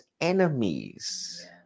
enemies